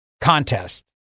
contest